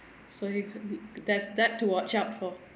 so you that's that to watch out for